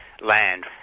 land